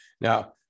Now